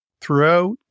throughout